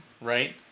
right